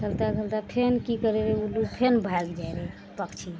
खेलते खेलते फेर की करै रहै फेर भागि जाइ रहै पक्षी